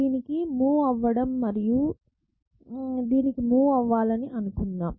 దీనికి మూవ్ అవ్వడం మరియు దీనికి మూవ్ అవ్వాలని అనుకుందాం